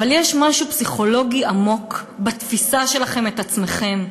אבל יש משהו פסיכולוגי עמוק בתפיסה שלכם את עצמכם.